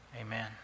Amen